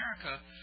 America